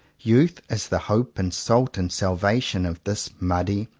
youth is the hope and salt and salvation of this muddy,